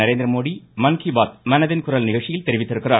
நரேந்திரமோடி மன்கிபாத் மனதின் குரல் நிகழ்ச்சியில் தெரிவித்திருக்கிறார்